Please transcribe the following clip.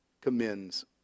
commends